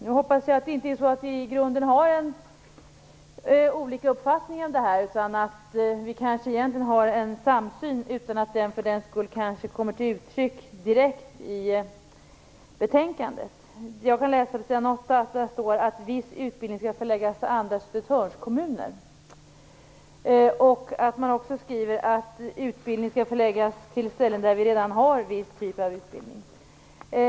Jag hoppas att vi i grunden inte har olika uppfattning om detta, utan att vi egentligen har en samsyn utan att den för den skull kommer till uttryck direkt i betänkandet. På s. 8 står det att viss utbildning skall förläggas till andra Södertörnkommuner. Man skriver också att utbildning skall förläggas till ställen där det redan finns viss typ av utbildning.